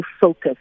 focus